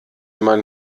man